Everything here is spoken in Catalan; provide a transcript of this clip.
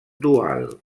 dual